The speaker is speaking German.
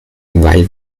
weil